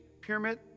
pyramid